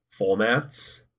formats